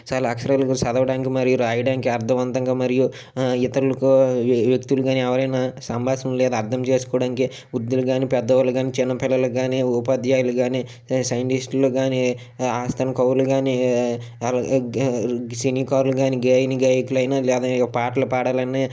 చాలా అక్షరాలను చదవటానికి మరియు రాయడానికి అర్థంఅవంతంగా మరియు ఇతరులకు వ్యక్తులు కానీ ఎవరైనా సంభాషణా లేదా అర్థం చేసుకోవడానికి వృద్ధులు కానీ పెద్దవాళ్ళు కానీ చిన్నపిల్లలు కానీ ఉపాధ్యాయులు కానీ సైంటిస్టులు కానీ ఆస్థాన కవులు కానీ సినీకారులు కానీ గాయనీ గాయకులైన పాటలు పాడాలని